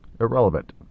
irrelevant